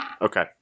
okay